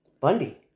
Bundy